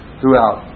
throughout